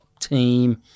team